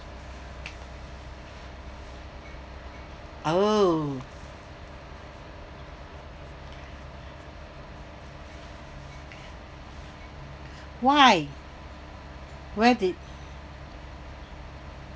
oo why where did